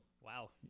Wow